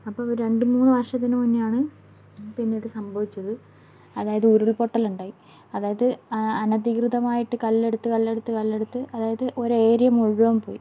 അപ്പോൾ ഒരു രണ്ട് മൂന്ന് വർഷത്തിനുമുന്നേ ആണ് പിന്നെയിത് സംഭവിച്ചത് അതായത് ഉരുൾ പൊട്ടലുണ്ടായി അതായത് അനധികൃതമായിട്ട് കല്ലെടുത്ത് കല്ലെടുത്ത് കല്ലെടുത്ത് അതായത് ഒരേരിയ മുഴുവൻ പോയി